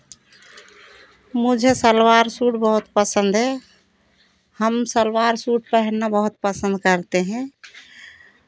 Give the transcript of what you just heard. मुझे सलवार सूट बहुत पसंद है हम सलवार सूट पहनना बहुत पसंद करते हैं